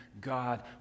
God